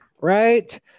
Right